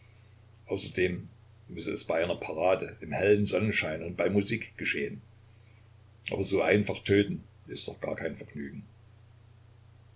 außerdem müsse es bei einer parade im hellen sonnenschein und bei musik geschehen aber so einfach töten ist doch gar kein vergnügen